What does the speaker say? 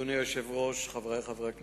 אדוני היושב-ראש, חברי חברי הכנסת,